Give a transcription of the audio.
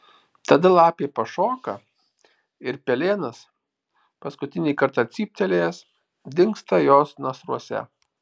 tada lapė pašoka ir pelėnas paskutinį kartą cyptelėjęs dingsta jos nasruose